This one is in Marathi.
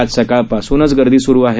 आज सकाळपासूनच गर्दी स्रू आहे